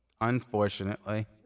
Unfortunately